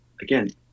again